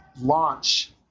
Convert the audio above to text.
launch